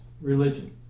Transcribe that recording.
religion